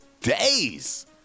days